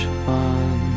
fun